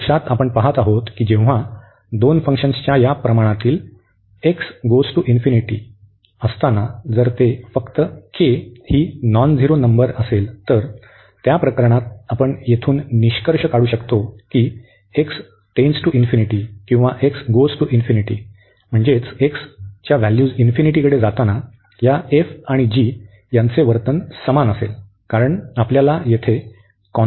प्रत्यक्षात आपण पहात आहोत की जेव्हा दोन फंक्शन्सच्या या प्रमाणातील असताना जर ते फक्त ही नॉन झिरो नंबर असेल तर त्या प्रकरणात आपण येथून निष्कर्ष काढू शकतो की असताना या आणि चे वर्तन समान आहे कारण आपल्याला तिथे कॉन्स्टंट p मिळत आहे